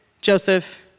Joseph